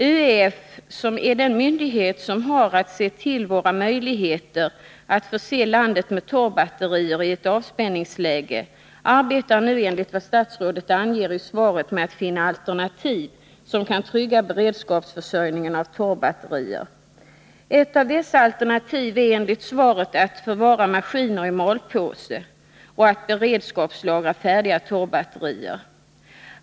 ÖEF, som är den myndighet som har att se till våra möjligheter att förse landet med torrbatterier i ett avspärrningsläge, arbetar nu, enligt vad statsrådet anger i svaret, med att finna alternativ som kan trygga beredskapsförsörjningen av torrbatterier. Ett av dessa alternativ är enligt Nr 95 svaret att förvara maskiner i malpåse och att beredskapslagra färdiga torrbatterier.